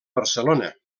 barcelona